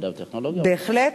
בהחלט.